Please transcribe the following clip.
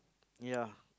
ya